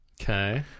Okay